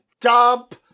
Dump